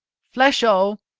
flesho!